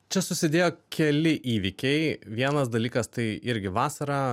čia susidėjo keli įvykiai vienas dalykas tai irgi vasarą